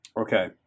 Okay